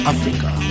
Africa